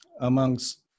amongst